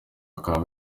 bakaba